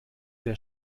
der